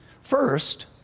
First